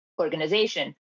organization